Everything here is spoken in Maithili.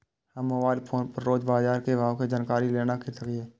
हम मोबाइल फोन पर रोज बाजार के भाव के जानकारी केना ले सकलिये?